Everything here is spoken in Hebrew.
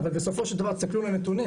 אבל בסופו של דבר תסתכלו על הנתונים,